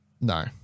No